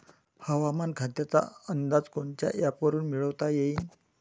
हवामान खात्याचा अंदाज कोनच्या ॲपवरुन मिळवता येईन?